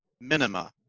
minima